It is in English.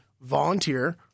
volunteer